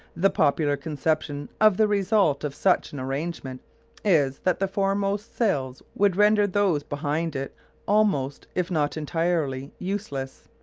the popular conception of the result of such an arrangement is that the foremost sails would render those behind it almost, if not entirely, useless.